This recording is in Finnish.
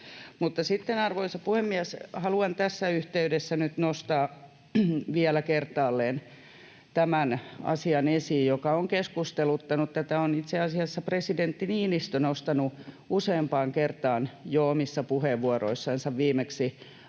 arvoisa puhemies, haluan tässä yhteydessä nyt nostaa esiin vielä kertaalleen tämän asian, joka on keskusteluttanut ja jonka on itse asiassa presidentti Niinistö nostanut useampaan kertaan jo omissa puheenvuoroissansa, viimeksi